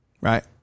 Right